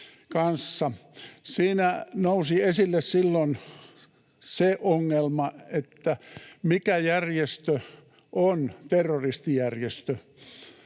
Siinä nousi esille silloin se ongelma, mikä järjestö on terroristijärjestö.